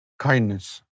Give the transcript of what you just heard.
Kindness